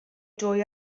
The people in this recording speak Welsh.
dwy